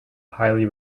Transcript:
highly